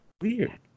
weird